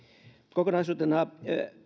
kokonaisuutena